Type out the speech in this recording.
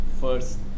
first